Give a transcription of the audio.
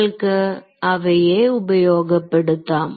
നിങ്ങൾക്ക് അവയെ ഉപയോഗപ്പെടുത്താം